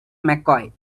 mccoy